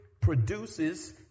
produces